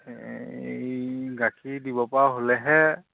এই গাখীৰ দিবপৰা হ'লেহে